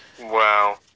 Wow